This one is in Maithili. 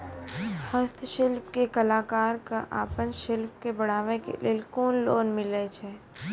हस्तशिल्प के कलाकार कऽ आपन शिल्प के बढ़ावे के लेल कुन लोन मिलै छै?